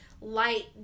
light